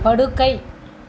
படுக்கை